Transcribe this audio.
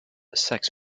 sex